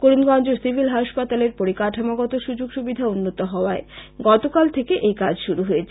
Karimganj civil হাসপাতালের পরিকাঠামোগত সুযোগ সুবিধা উন্নত হওয়ায় গতকাল থেকে এই কাজ শুরু হয়েছে